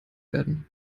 werden